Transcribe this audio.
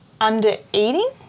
under-eating